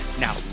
Now